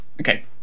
okay